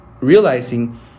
realizing